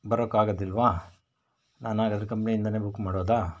ಬರೋಕ್ಕಾಗೋದಿಲ್ವ ನಾನು ಹಾಗಾದರೆ ಕಂಪ್ನಿಯಿಂದಲೇ ಬುಕ್ ಮಾಡೋದಾ